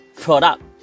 product